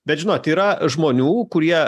bet žinot yra žmonių kurie